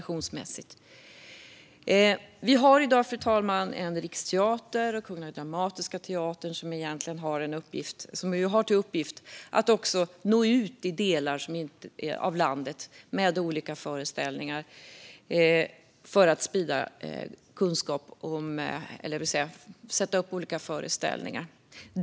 I dag finns Riksteatern och Kungliga Dramatiska teatern som bland annat har till uppgift att nå ut i landet med sina olika föreställningar.